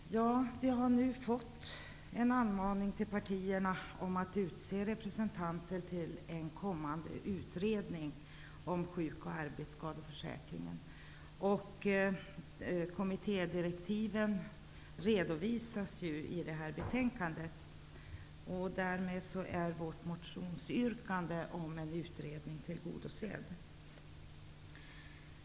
Herr talman! Partierna har nu fått en anmaning att utse representanter till en kommande utredning om sjuk och arbetsskadeförsäkringen. Kommittédirektiven redovisas i betänkandet. Därmed är vårt motionsyrkande om en utredning tillgodosett.